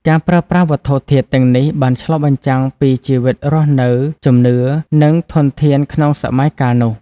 ការប្រើប្រាស់វត្ថុធាតុទាំងនេះបានឆ្លុះបញ្ចាំងពីជីវិតរស់នៅ ជំនឿ និងធនធានក្នុងសម័យកាលនោះ។